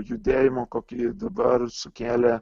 judėjimo kokį dabar sukėlė